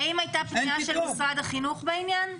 האם הייתה פנייה של משרד החינוך בעניין?